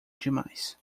demais